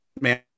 Man